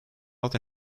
not